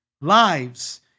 lives